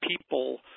people